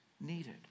needed